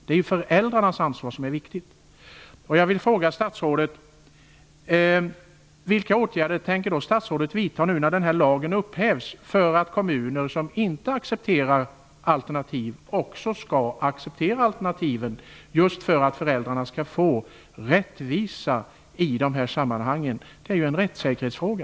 Det är föräldrarnas ansvar som är viktigt. Jag vill fråga statsrådet: Vilka åtgärder tänker statsrådet vidta nu när den här lagen upphävs för att kommuner som inte accepterar alternativ också skall acceptera alternativen för att föräldrarna skall få rättvisa i dessa sammanhang? Det är en rättssäkerhetsfråga.